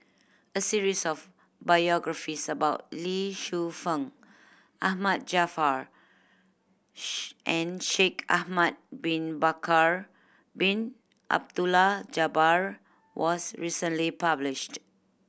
a series of biographies about Lee Shu Fen Ahmad Jaafar and Shaikh Ahmad Bin Bakar Bin Abdullah Jabbar was recently published